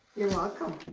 you're welcome.